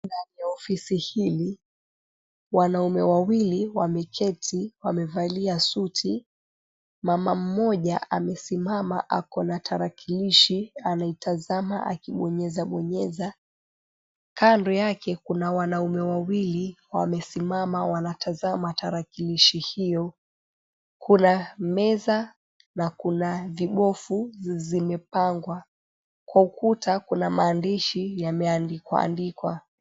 Ndani ya ofisi hili wanaume wawili wameketi wamevalia suti, mama mmoja amesimama ako na tarakilishi anaitazama akibonyeza bonyeza, kando yake kuna wanaume wawili wamesimama wanatazama tarakilishi hiyo kuna meza na kuna vibofu zimepangwa. Kwa ukuta kuna maandishi yameandikwa andikwa.